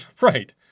right